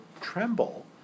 tremble